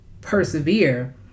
persevere